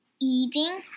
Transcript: eating